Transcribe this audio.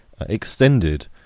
extended